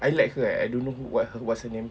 I like her eh I don't know who what her what's her name